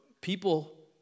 people